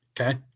okay